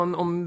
om